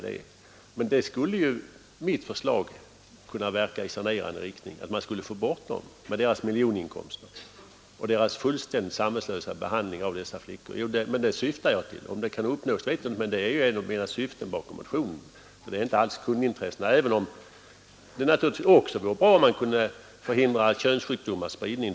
Men mitt förslag skulle ju kunna verka i sanerande riktning, så att man skulle få bort dem med deras miljoninkomster och deras fullständigt samvetslösa behandling av flickorna. Om det kan uppnås vet jag inte, men det är ändock mitt syfte bakom motionen. Det är inte alls kundintressena det gäller, även om det naturligtvis också vore ett samhällsintresse om man kunde förhindra könssjukdomars spridning.